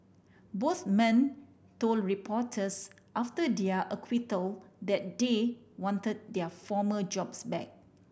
both men told reporters after their acquittal that they want their former jobs back